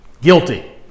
Guilty